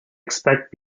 expect